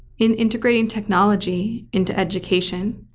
in integrating technology into education,